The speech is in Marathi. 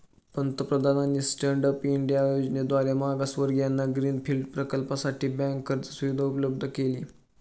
पंतप्रधानांनी स्टँड अप इंडिया योजनेद्वारे मागासवर्गीयांना ग्रीन फील्ड प्रकल्पासाठी बँक कर्ज सुविधा उपलब्ध केली